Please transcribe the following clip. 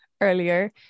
earlier